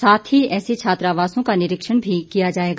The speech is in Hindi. साथ ही ऐसे छात्रावासों का निरीक्षण भी किया जाएगा